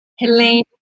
Helene